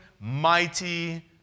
mighty